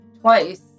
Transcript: twice